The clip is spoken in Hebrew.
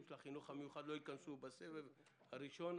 של החינוך המיוחד לא ייכנסו בסבב הראשון,